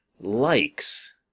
likes